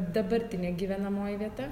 dabartinė gyvenamoji vieta